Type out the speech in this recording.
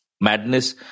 madness